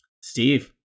Steve